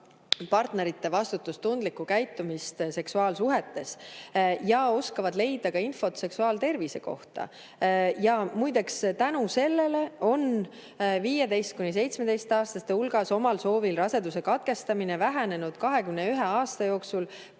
partnerite vastutustundlikku käitumist seksuaalsuhetes ja oskavad leida infot seksuaaltervise kohta. Muideks, tänu sellele on 15–17-aastaste hulgas omal soovil raseduse katkestamine vähenenud 21 aasta jooksul 6,9 korda.